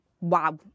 wow